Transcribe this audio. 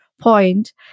point